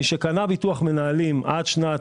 מי שקנה ביטוח מנהלים עד שנת,